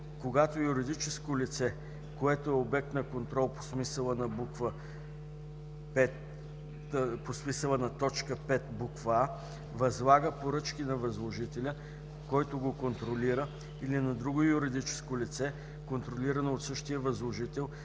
когато юридическо лице, което е обект на контрол по смисъла на т. 5, буква „а”, възлага поръчки на възложителя, който го контролира, или на друго юридическо лице, контролирано от същия възложител